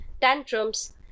tantrums